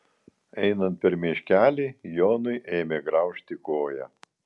einant per miškelį jonui ėmė graužti koją